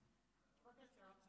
הסימנים, להלן תרגומם: בוקר טוב.